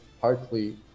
partly